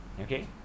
okay